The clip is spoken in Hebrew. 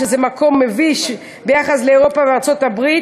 שזה מקום מביש ביחס לאירופה ולארצות-הברית.